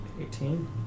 Eighteen